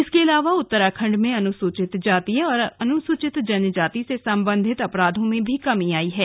इसके अलावा उत्तराखंड में अनुसूचित जाति और अनुसूचित जनजाति से सम्बन्धित अपराधों में भी कमी आई है